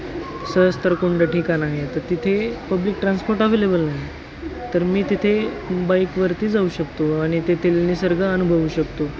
सहस्रकुंड ठिकाण आहे तर तिथे पब्लिक ट्रान्सपोर्ट अवेलेबल नाही तर मी तिथे बाईकवरती जाऊ शकतो आणि तेथील निसर्ग अनुभवू शकतो